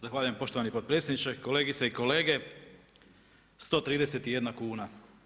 Zahvaljujem poštovani potpredsjedniče, kolegice i kolege, 131 kn.